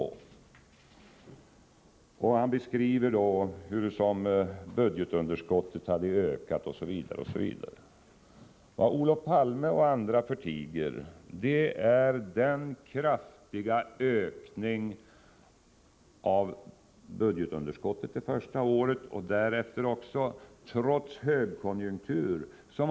Han beskriver hurusom budgetunderskottet hade ökat osv. Vad Olof Palme och andra förtiger är den kraftiga ökning av budgetunderskottet som skedde under socialdemokraternas första regeringsår och även därefter.